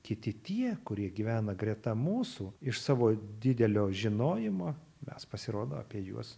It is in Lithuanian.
kiti tie kurie gyvena greta mūsų iš savo didelio žinojimo mes pasirodo apie juos